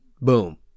boom